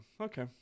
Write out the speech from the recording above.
Okay